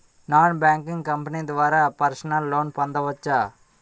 Non banking company ద్వారా personal loan పొందవచ్చా?